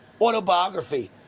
autobiography